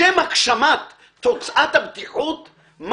לשם הגשמת תוצאת הבטיחות,